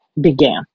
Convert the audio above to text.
began